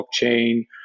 blockchain